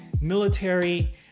military